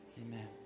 Amen